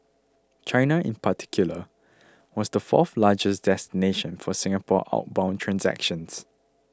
China in particular was the fourth largest destination for Singapore outbound transactions